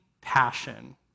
passion